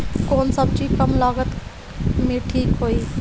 कौन सबजी कम लागत मे ठिक होई?